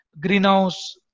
greenhouse